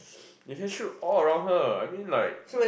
they just shoot all around her I mean like